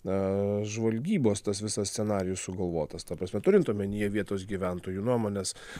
na žvalgybos tas visas scenarijus sugalvotas ta prasme turint omenyje vietos gyventojų nuomones